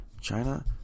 china